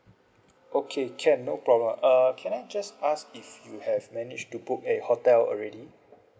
okay can no problem uh can I just ask if you have managed to book a hotel already